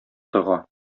тыга